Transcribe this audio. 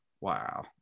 wow